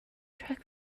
track